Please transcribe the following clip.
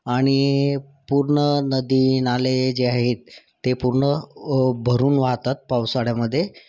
आणि पूर्ण नदी नाले जे आहेत ते पूर्ण भरून वाहतात पावसाळ्यामध्ये